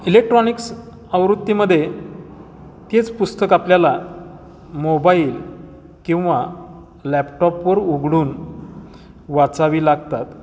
electronics आवृत्तीमध्ये तेच पुस्तक आपल्याला मोबाईल किंवा लॅपटॉपवर उघडून वाचावी लागतात